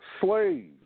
slaves